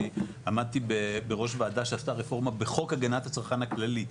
עמדתי בראש ועדה שעשתה רפורמה בחוק הגנת הצרכן הכללי,